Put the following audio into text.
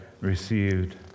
received